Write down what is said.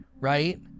right